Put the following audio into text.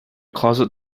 closet